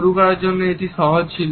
শুরু করার জন্য এটি সহজ ছিল